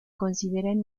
consideran